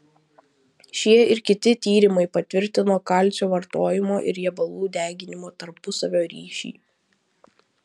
šie ir kiti tyrimai patvirtino kalcio vartojimo ir riebalų deginimo tarpusavio ryšį